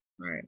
Right